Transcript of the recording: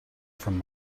from